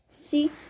see